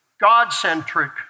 God-centric